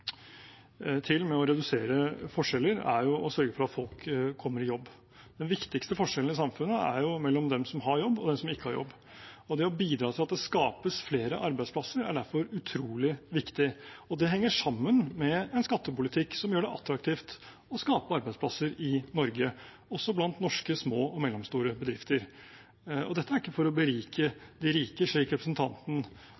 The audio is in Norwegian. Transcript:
til med å redusere forskjeller, er å sørge for at folk kommer i jobb. Den viktigste forskjellen i samfunnet er jo mellom dem som har jobb, og dem som ikke har jobb. Det å bidra til at det skapes flere arbeidsplasser er derfor utrolig viktig. Det henger sammen med en skattepolitikk som gjør det attraktivt å skape arbeidsplasser i Norge, også blant norske små og mellomstore bedrifter. Det er ikke for å berike